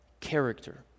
character